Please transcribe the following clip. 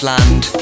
Land